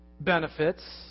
benefits